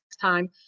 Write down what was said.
time